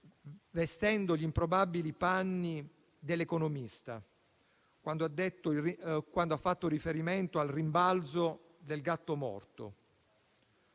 vestendo gli improbabili panni dell'economista, quando ha fatto riferimento al rimbalzo del gatto morto.